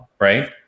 Right